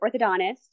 orthodontist